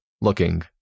looking